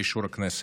לאישור הכנסת.